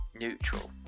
neutral